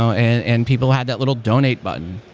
so and and people had that little donate button.